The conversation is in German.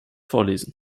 vorlesen